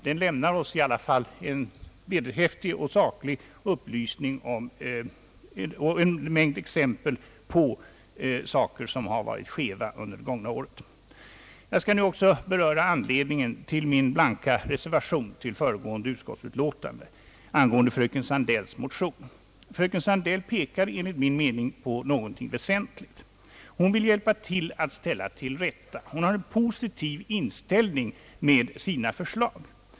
Den lämnar oss i alla fall en vederhäftig och saklig upplysning och en mängd exempel på saker som varit skeva under det gångna året. Jag skall nu också beröra anledningen till min blanka reservation till föregående utskottsutlåtande angående fröken Sandells motion. Fröken Sandell pekar enligt min mening på någonting väsentligt. Hon vill hjälpa till att ställa till rätta. Hon har en positiv inställning med sina förslag.